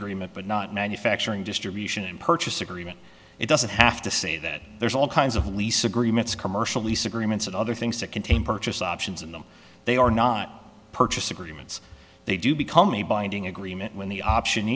agreement but not manufacturing distribution and purchase agreement it doesn't have to say that there's all kinds of lease agreements commercial lease agreements and other things that contain purchase options in them they are not purchase agreements they do become a binding agreement when the option